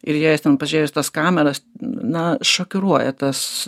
ir įėjus ten pažiūrėjus tas kameras na šokiruoja tas